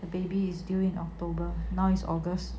the baby is due in october now is august